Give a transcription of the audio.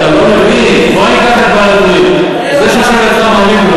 אלעזר, ב"בעל הטורים" אתה מאמין?